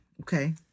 Okay